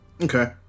Okay